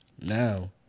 Now